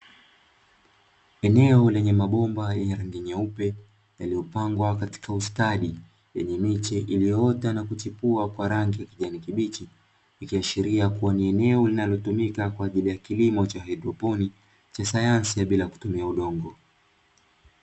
Eneo lenye mabomba yenye rangi nyeupe yaliyopangwa katika ustadi, yenye miche iliyoota na kuchipua kwa rangi ya kijani kibichi. Ikiashiria kuwa ni eneo linalotumika kwa ajili ya kilimo cha haidroponi, cha sayansi ya bila kutumia udongo.